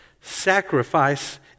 sacrifice